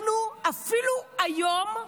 אנחנו, אפילו היום,